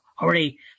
already